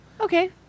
Okay